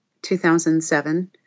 2007